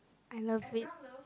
I love it